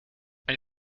ein